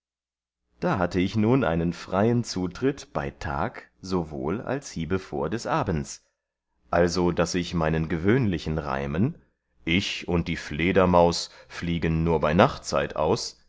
da hatte ich nun einen freien zutritt bei tag sowohl als hiebevor des abends also daß ich meinen gewöhnlichen reimen ich und eine fledermaus fliegen nur bei nachtzeit aus